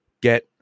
get